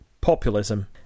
Populism